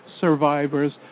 survivors